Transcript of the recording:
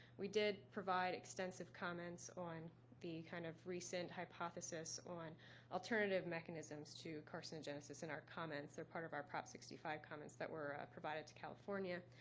we did provide extensive comments on the kind of recent hypothesis on alternative mechanisms to carcinogenesis in our comments. they're part of our prop sixty five comments that were provided to california,